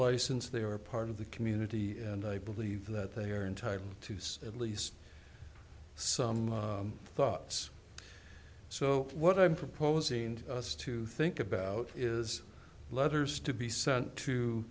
license they are part of the community and i believe that they are entitled to see at least some thoughts so what i'm proposing us to think about is letters to be sent to